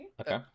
Okay